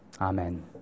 Amen